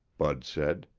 bud said.